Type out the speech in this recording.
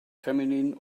feminine